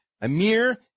Amir